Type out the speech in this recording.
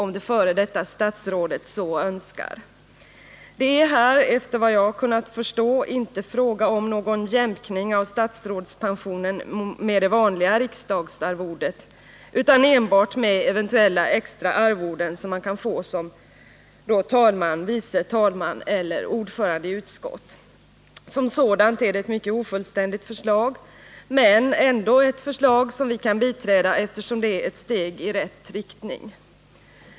om det f. d. statsrådet så önskar. Det är här, efter vad jag har kunnat förstå, inte fråga om någon jämkning av statsrådspensionen med det vanliga riksdagsarvodet utan enbart med eventuella extra arvoden, som man kan få som talman, vice talman eller ordförande i utskott. Som sådant är det ett mycket ofullständigt förslag, men det är ändå ett förslag som vi kan biträda, eftersom det är ett steg i rätt riktning.